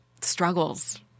struggles